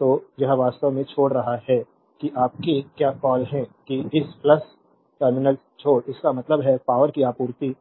तो यह वास्तव में छोड़ रहा है कि आपके क्या कॉल है कि इस टर्मिनल छोड़ इसका मतलब है पावरकी आपूर्ति